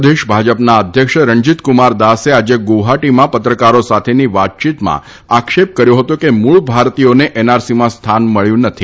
પ્રદેશ ભાજપના અધ્યક્ષ રણજીત કુમાર દાસે આજે ગુવાહાટીમાં પત્રકારો સાથેની વાતયીતમાં આક્ષેપ કર્યો હતો કે મૂળ ભારતીયોને એનઆરસીમાં સ્થાન મળ્યું નથી